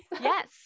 yes